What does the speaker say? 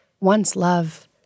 once-love